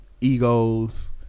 egos